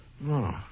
No